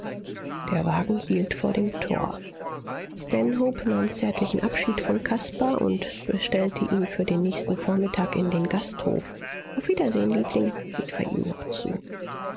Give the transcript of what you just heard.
der wagen hielt vor dem tor stanhope nahm zärtlichen abschied von caspar und bestellte ihn für den nächsten vormittag in den gasthof auf wiedersehen liebling rief er ihm noch zu